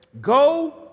go